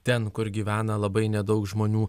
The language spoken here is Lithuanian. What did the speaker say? ten kur gyvena labai nedaug žmonių